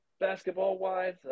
Basketball-wise